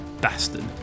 Bastard